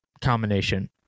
combination